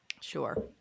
Sure